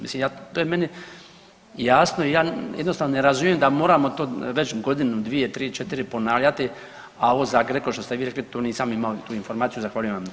Mislim ja, to je meni jasno i ja jednostavno ne razumijem da moramo to već godinu, dvije, tri, četiri ponavljati, a ovo za GRECO što ste vi rekli to nisam imao tu informaciju, zahvaljujem